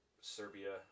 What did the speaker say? Serbia